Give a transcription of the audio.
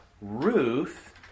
Ruth